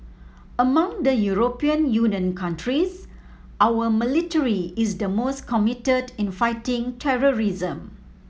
among the European Union countries our military is the most committed in fighting terrorism